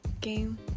game